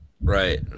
Right